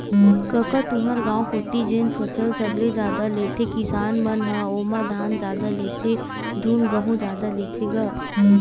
कका तुँहर गाँव कोती जेन फसल सबले जादा लेथे किसान मन ह ओमा धान जादा लेथे धुन गहूँ जादा लेथे गा?